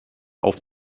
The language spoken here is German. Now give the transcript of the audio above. auf